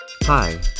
Hi